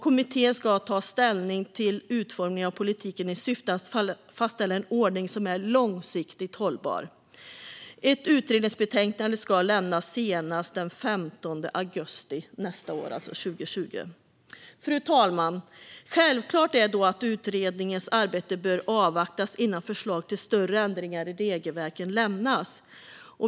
Kommittén ska ta ställning till utformningen av politiken i syfte att fastställa en ordning som är långsiktigt hållbar. Ett utredningsbetänkande ska lämnas senast den 15 augusti nästa år, alltså 2020. Fru talman! Det är då självklart att utredningens arbete bör avvaktas innan förslag till större ändringar i regelverken lämnas.